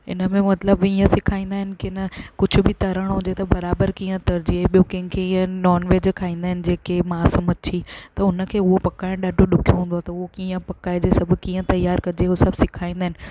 हिन में मतलबु इहा सेखारींदा आहिनि की न कुझु बि तरिणो हुजे त बराबरि कीअं तरिजे ॿियो कंहिंखे इहा नोनवैज खाईंदा आहिनि जेके मास मछी त हुनखे उहो पकाइण ॾाढो ॾुखियो हूंदो आहे त उहो कीअं पकाइजे सभु कीअं तयार कजे हू सभु सेखारींदा आहिनि